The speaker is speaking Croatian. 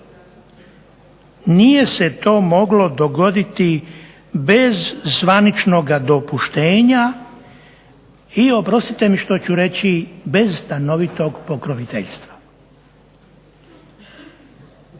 Nije se to moglo dogoditi bez zvaničnog dopuštenja i oprostite mi što ću reći, bez stanovitog pokroviteljstva